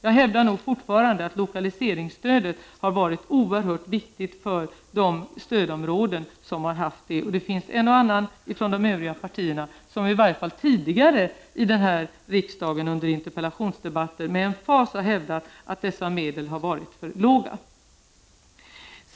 Jag hävdar fortfarande att lokaliseringsstödet har varit oerhört viktigt för de stödområden som fått sådant. Det finns en och annan från de övriga partierna som i varje fall tidigare i riksdagen med emfas har hävdat att dessa medel varit för små.